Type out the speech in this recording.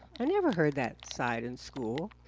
i never heard that side in school.